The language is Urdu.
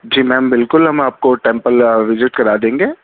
جی میم بالکل ہم آپ کو ٹیمپل وزٹ کرا دیں گے